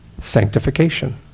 sanctification